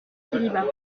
célibat